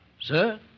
Sir